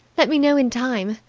let me know in time,